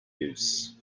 use